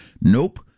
Nope